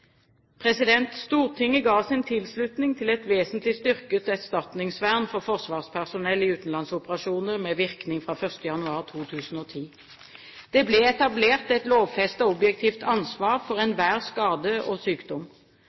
Stortinget ga sin tilslutning til et vesentlig styrket erstatningsvern for forsvarspersonell i utenlandsoperasjoner, med virkning fra 1. januar 2010. Det ble etablert et lovfestet objektivt ansvar for enhver skade og sykdom.